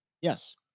Yes